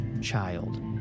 child